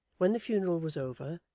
when the funeral was over,